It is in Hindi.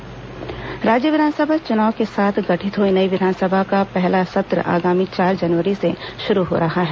प्रोटेम स्पीकर राज्य विधानसभा चुनाव के साथ गठित हुई नई विधानसभा का पहला सत्र आगामी चार जनवरी से शुरू हो रहा है